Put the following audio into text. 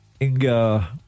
Inga